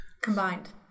Combined